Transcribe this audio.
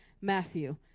Matthew